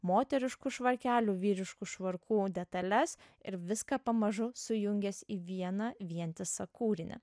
moteriškų švarkelių vyriškų švarkų detales ir viską pamažu sujungęs į vieną vientisą kūrinį